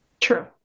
true